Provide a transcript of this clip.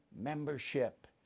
membership